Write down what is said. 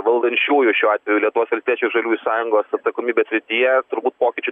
valdančiųjų šiuo atveju lietuvos valstiečių ir žaliųjų sąjungos atsakomybės srityje turbūt pokyčių